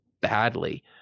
badly